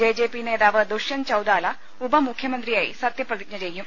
J J P നേതാവ് ദുഷ്യന്ത് ചൌതാല ഉപമുഖ്യമന്ത്രിയായി സത്യ പ്രതിജ്ഞ ചെയ്യും